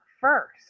first